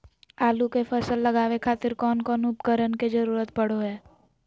आलू के फसल लगावे खातिर कौन कौन उपकरण के जरूरत पढ़ो हाय?